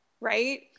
Right